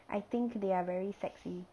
I think they are very sexy